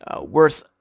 worth